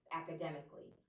academically